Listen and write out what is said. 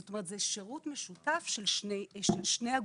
זה שירות משותף של שני הגופים,